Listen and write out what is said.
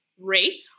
rate